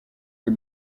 des